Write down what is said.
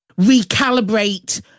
recalibrate